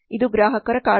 ಇದು ಗ್ರಾಹಕರ ಕಾಳಜಿ